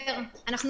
אמרתי דעתי נוחה.